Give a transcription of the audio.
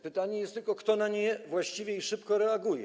Pytanie jest tylko, kto na nie właściwie i szybko reaguje.